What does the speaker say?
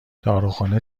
داروخانه